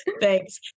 Thanks